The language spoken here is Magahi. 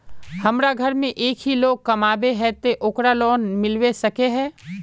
हमरा घर में एक ही लोग कमाबै है ते ओकरा लोन मिलबे सके है?